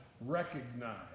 recognize